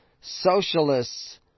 socialists